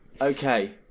Okay